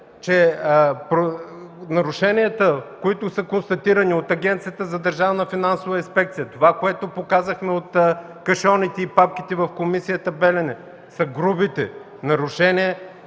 че нарушенията, които са констатирани от Агенцията за държавна финансова инспекция – това, което показахме от кашоните и папките в Комисията „Белене”, са грубите нарушения